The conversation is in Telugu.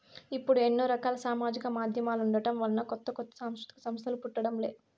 ఇప్పుడు ఎన్నో రకాల సామాజిక మాధ్యమాలుండటం వలన కొత్త కొత్త సాంస్కృతిక సంస్థలు పుట్టడం లే